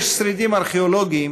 יש שרידים ארכיאולוגיים